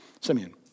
Simeon